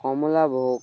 কমলাভোগ